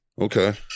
okay